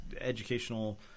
educational